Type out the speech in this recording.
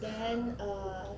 then err